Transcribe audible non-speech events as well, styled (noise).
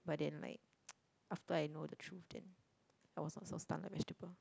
but then like (noise) after I know the truth then I was not so stun like vegetable